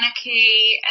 anarchy